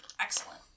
excellent